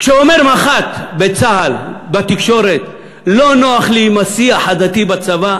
כשאומר מח"ט בצה"ל בתקשורת: לא נוח לי עם השיח הדתי בצבא,